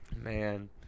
Man